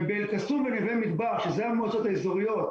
ובאל קסום ובנווה מדבר, שהן המועצות האזוריות